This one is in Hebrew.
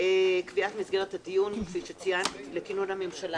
הדיון שלפנינו הוא קביעת מסגרת ישיבת הכנסת על כינון הממשלה